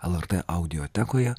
lrt audiotekoje